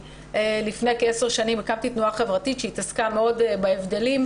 לפני כעשר שנים הקמתי תנועה חברתית שהתעסקה מאוד בהבדלים,